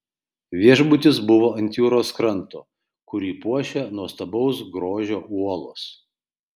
viešbutis buvo ant jūros kranto kurį puošia nuostabaus grožio uolos